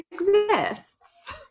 exists